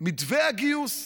מתווה הגיוס.